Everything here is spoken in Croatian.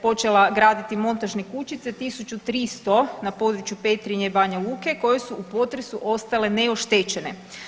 Počela graditi montažne kućice 1300 na području Petrinje i Banja Luke koje su u potresu ostale neoštećene.